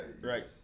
right